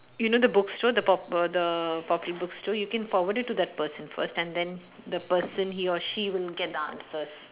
you know the bookstore the pop~ uh the popular bookstore you can forward it to that person first and then the person he or she will get the answers